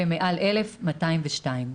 ומעל 1,000 עובדים יש 202 מקומות.